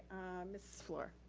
miss fluor.